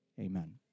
Amen